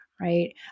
right